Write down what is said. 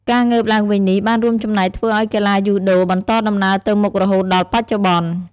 ការងើបឡើងវិញនេះបានរួមចំណែកធ្វើឲ្យកីឡាយូដូបន្តដំណើរទៅមុខរហូតដល់បច្ចុប្បន្ន ។